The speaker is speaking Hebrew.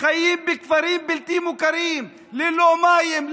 חיים בכפרים בלתי מוכרים ללא מים,